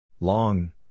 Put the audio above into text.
Long